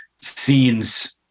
scenes